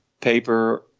paper